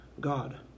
God